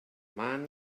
man